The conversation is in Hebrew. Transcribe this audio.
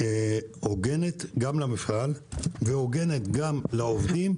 חלופה הוגנת גם למפעל וגם לעובדים,